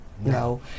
No